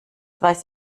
weiß